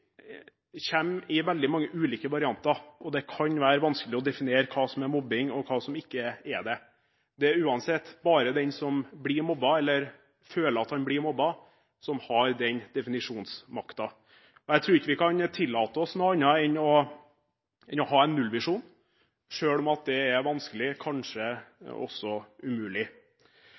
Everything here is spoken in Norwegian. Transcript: i veldig mange ulike varianter. Det kan være vanskelig å definere hva som er mobbing, og hva som ikke er det. Det er uansett bare den som blir mobbet, eller føler at en blir mobbet, som har den definisjonsmakten. Jeg tror ikke vi kan tillate oss noe annet enn å ha en nullvisjon, selv om det er vanskelig – kanskje